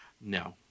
No